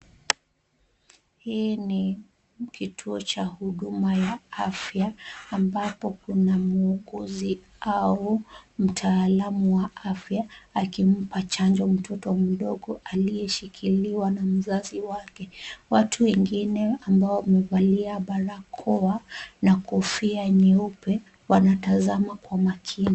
Hii ni kituo cha huduma ya afya, ambapo kuna muuguzi au mtaalamu wa afya, akimpa chanjo mtoto mdogo aliyeshikiliwa na mzazi wake. Watu wengine ambao wamevalia barakoa na kofia nyeupe wanatazama kwa makini.